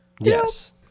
Yes